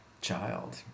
child